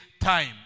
time